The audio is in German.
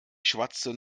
schwatzte